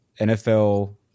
NFL